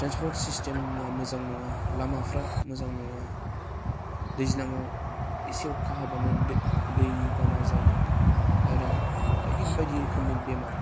transport सिसटेमआ मोजां नङा लामाफ्रा मोजां नङा दैज्लांआव एसे अखा हाबानो दै दै बाना जायो आरो बायदि बायदि रोखोमनि बेमार